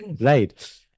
Right